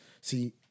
see